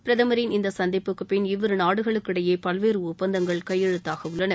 பிரதமரின் இந்த சந்திப்புக்குப் பிள்ளர் இவ்விருநாடுகளுக்கு இடையே பல்வேறு ஒப்பந்தங்கள் கையெழுத்தாகவுள்ளன